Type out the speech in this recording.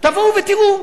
תבואו ותראו.